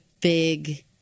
big